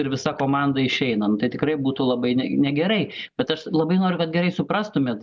ir visa komanda išeinam tai tikrai būtų labai negerai bet aš labai noriu kad gerai suprastumėt